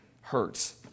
hurts